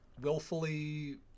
willfully